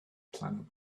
planet